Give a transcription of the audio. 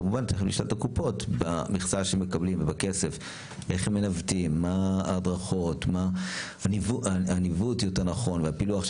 כמובן שצריך לשאול את הקופות איך הן מנווטות ומפלחות את הנושא הזה